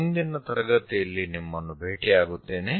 ಮುಂದಿನ ತರಗತಿಯಲ್ಲಿ ನಿಮ್ಮನ್ನು ಭೇಟಿಯಾಗುತ್ತೇನೆ